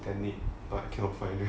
damn it but I cannot find leh